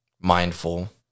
mindful